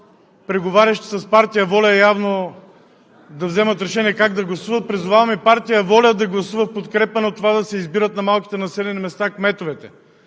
преговарящи с партия ВОЛЯ – явно да вземат решение как да гласуват. Призоваваме партия ВОЛЯ да гласува в подкрепа на това да се избират на малките населени места кметовете,